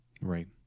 Right